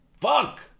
fuck